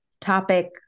topic